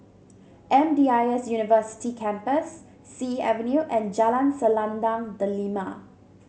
M D I S University Campus Sea Avenue and Jalan Selendang Delima